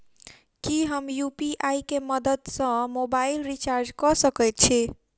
की हम यु.पी.आई केँ मदद सँ मोबाइल रीचार्ज कऽ सकैत छी?